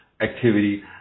activity